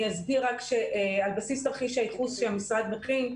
אני אסביר רק שעל בסיס תרחיש הייחוס שהמשרד מכין,